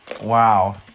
Wow